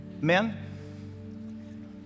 men